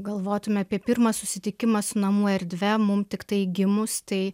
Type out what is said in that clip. galvotume apie pirmą susitikimą su namų erdve mum tiktai gimus tai